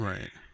Right